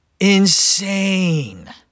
insane